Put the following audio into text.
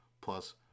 plus